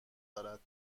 دارد